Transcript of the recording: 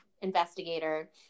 investigator